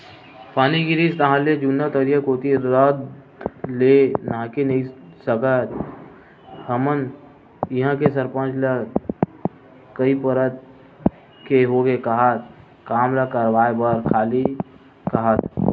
पानी गिरिस ताहले जुन्ना तरिया कोती रद्दा ले नाहके नइ सकस हमर इहां के सरपंच ल कई परत के होगे ए काम ल करवाय बर खाली काहत